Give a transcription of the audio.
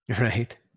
Right